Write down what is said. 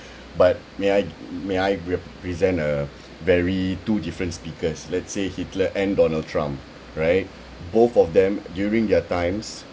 but may I may I represent a very two different speakers let's say hitler and donald trump right both of them during their times